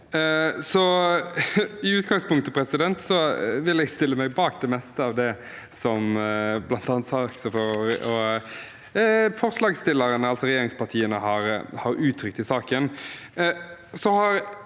i utgangspunktet vil jeg stille meg bak det meste av det som bl.a. saksordføreren og forslagsstillerne, altså regjeringspartiene, har uttrykt i saken.